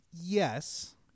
Yes